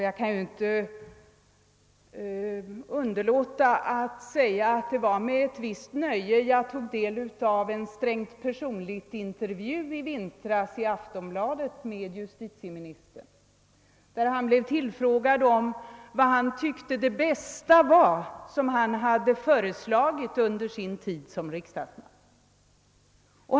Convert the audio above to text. Jag kan inte underlåta att säga att det var med ett visst nöje jag i vintras tog del av en intervju under rubriken »Strängt personligt» i Aftonbladet, där justitieministern blev tillfrågad vad han tyckte var det bästa som han hade föreslagit under sin tid som riksdagsman.